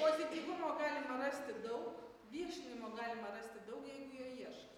pozityvumo galima rasti daug viešinimo galima rasti daug jeigu jo ieškai